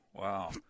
wow